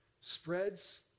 spreads